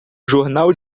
jornal